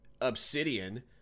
Obsidian